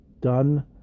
done